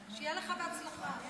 מגילת העצמאות שלנו.